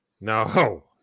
No